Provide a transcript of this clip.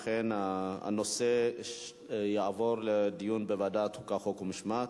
אכן, הנושא יעבור לדיון בוועדת החוקה, חוק ומשפט.